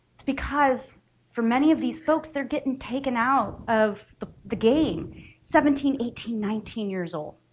it's because for many of these folks they're getting taken out of the the game seventeen, eighteen, nineteen years old.